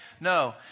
No